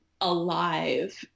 alive